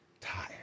tired